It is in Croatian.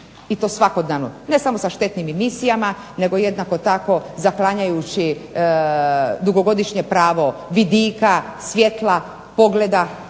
i to svakodnevnu. Ne samo sa štetnim emisijama nego jednako tako zaklanjajući dugogodišnje pravo vidika, svjetla, pogleda